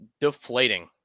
Deflating